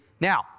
Now